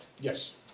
Yes